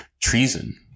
treason